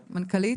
מנכ"לית.